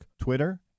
Twitter